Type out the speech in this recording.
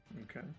Okay